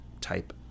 type